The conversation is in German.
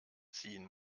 ziehen